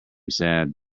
sad